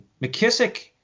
McKissick